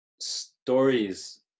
stories